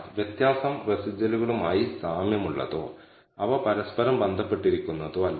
തീർച്ചയായും expected value β1 ആയതിനാൽ ഇത് നോർമൽ ഡിസ്ട്രിബൂഷനാണ് പിന്തുടരുന്നത്